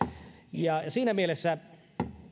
ja siinä mielessä